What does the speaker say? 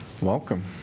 Welcome